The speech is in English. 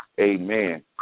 Amen